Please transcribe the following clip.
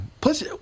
Plus